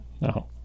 No